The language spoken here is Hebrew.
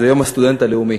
זה יום הסטודנט הלאומי,